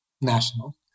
national